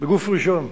בגוף ראשון,